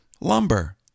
lumber